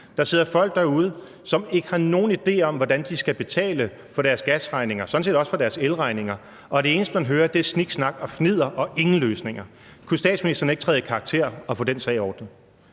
Der sidder folk derude, som ikke har nogen idé om, hvordan de skal betale for deres gasregninger, sådan set også for deres elregninger, og det eneste, man hører, er sniksnak og fnidder og ingen løsninger. Kunne statsministeren ikke træde i karakter og få den sag ordnet?